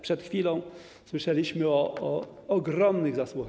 Przed chwilą słyszeliśmy o ich ogromnych zasługach.